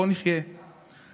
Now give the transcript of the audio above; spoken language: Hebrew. פה נחיה חיי,